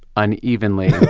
unevenly.